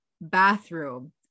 bathroom